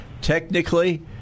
technically